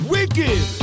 Wicked